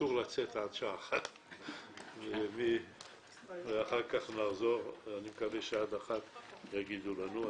אסור לצאת עד שעה 13:00 ואני מקווה שעד אז יגידו לנו.